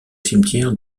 cimetière